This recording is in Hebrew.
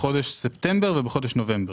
ספטמבר ונובמבר.